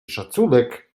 szacunek